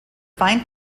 fine